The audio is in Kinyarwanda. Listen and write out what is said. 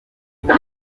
icyo